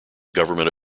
government